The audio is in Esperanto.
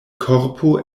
korpo